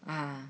啊